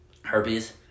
Herpes